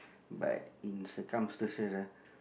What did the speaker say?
but in circumstances ah